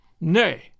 Nay